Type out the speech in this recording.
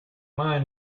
mind